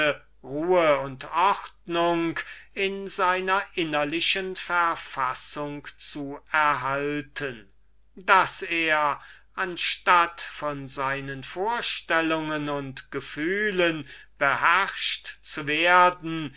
ruhe und ordnung in seiner innerlichen verfassung zu erhalten daß er anstatt von seinen ideen und empfindungen beherrscht zu werden